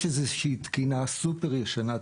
יש איזושהי תקינה סופר ישנה,